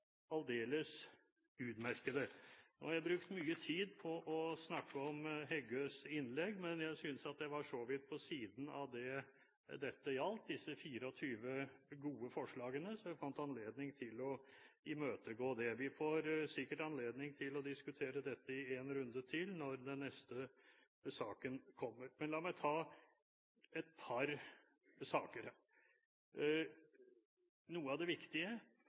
aldeles utmerkede. Nå har jeg brukt mye tid på å snakke om Heggøs innlegg, men jeg synes at det var såpass på siden av hva disse 24 gode forslagene gjaldt, at jeg fant anledning til å imøtegå det. Vi får sikkert anledning til å diskutere dette i en runde til, når den neste saken kommer. La meg ta et par saker her: Noe av det viktige